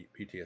PTSD